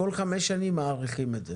ולקבל הקלה או לקבל אישור להקים את התחנה הזאת.